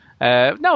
No